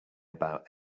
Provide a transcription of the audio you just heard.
about